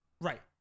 Right